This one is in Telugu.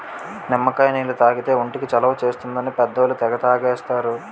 నిమ్మకాయ నీళ్లు తాగితే ఒంటికి చలవ చేస్తుందని పెద్దోళ్ళు తెగ తాగేస్తారు